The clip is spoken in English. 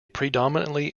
predominantly